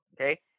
Okay